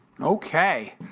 Okay